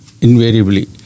invariably